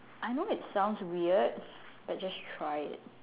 I know it sounds weird but just try it